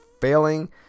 failing